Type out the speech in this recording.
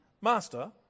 Master